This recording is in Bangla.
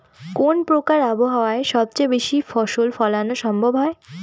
কোন প্রকার আবহাওয়ায় সবচেয়ে বেশি ফসল ফলানো সম্ভব হয়?